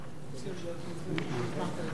אין מתנגדים ואין נמנעים.